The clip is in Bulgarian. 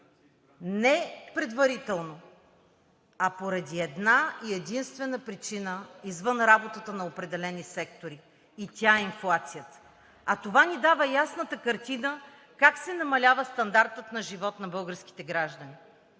не предварително, а поради една и единствена причина, извън работата на определени сектори и тя е инфлацията. А това ни дава ясната картина как се намалява стандартът на живот на българските граждани.